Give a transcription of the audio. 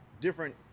different